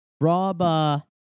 Rob